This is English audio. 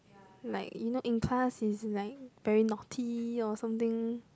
like you know in class he's like very naughty or something